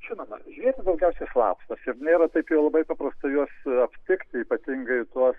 žinoma žvėrys daugiausia slapstosi ir nėra taip jau labai paprasta juos aptikti ypatingai tuos